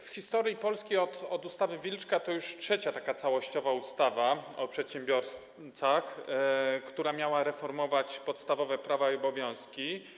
W historii Polski od ustawy Wilczka to już trzecia całościowa ustawa o przedsiębiorcach, która miała reformować podstawowe prawa i obowiązki.